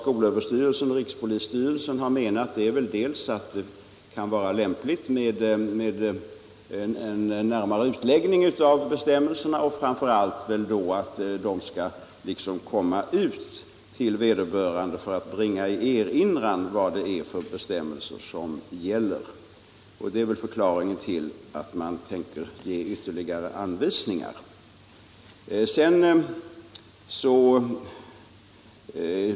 Skolöverstyrelsen och rikspolisstyrelsen har väl närmast ansett att det kan vara lämpligt med en närmare utläggning av bestämmelserna, framför allt avsedd att erinra vederbörande om de bestämmelser som gäller. Det är väl förklaringen till att man tänker lämna ytterligare anvisningar.